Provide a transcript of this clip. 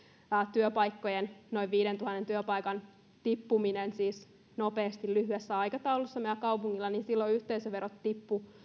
työpaikkojen noin viidentuhannen työpaikan tippuminen nopeasti lyhyessä aikataulussa silloin yhteisöverot tippuivat